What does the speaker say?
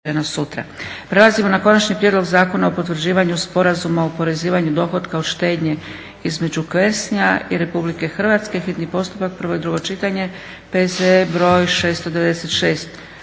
(SDP)** Konačni prijedlog zakona o potvrđivanju Sporazuma o oporezivanju dohotka od štednje između Guernseya i Republike Hrvatske, hitni postupak, prvo i drugo čitanje, P.Z. br. 696.